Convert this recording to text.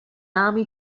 army